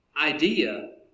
idea